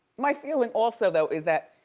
my feeling also though is that,